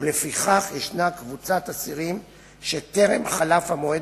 לפיכך יש קבוצת אסירים שטרם חלף המועד